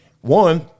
one –